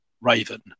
Raven